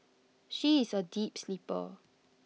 she is A deep sleeper